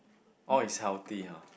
orh it's healthy ah